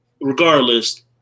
Regardless